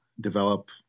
develop